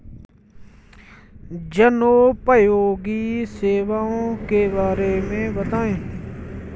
जनोपयोगी सेवाओं के बारे में बताएँ?